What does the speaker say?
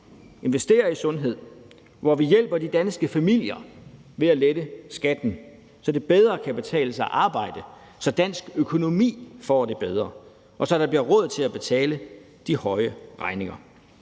investere i sundhed, og hvor vi hjælper de danske familier ved at lette skatten, så det bedre kan betale sig at arbejde, så dansk økonomi får det bedre, og så der bliver råd til at betale de høje regninger.